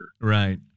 Right